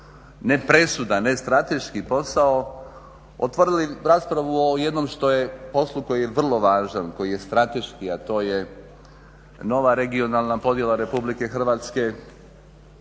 nepresudan, nestrateški posao, otvorili raspravu o jednom poslu koji je vrlo važan, koji je strateški, a to je nova regionalna podjela RH i moguća